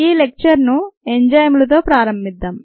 ఈ లెక్చర్ను ఎంజైమ్లతో ప్రారంభిద్దాం